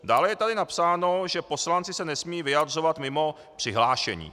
Dále je tady napsáno, že poslanci se nesmějí vyjadřovat mimo přihlášení.